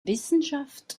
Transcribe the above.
wissenschaft